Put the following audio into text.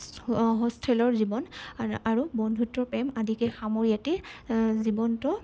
হোষ্টেলৰ জীৱন আৰু বন্ধুত্বৰ প্ৰেম আদিকে সামৰি এটি জীৱন্ত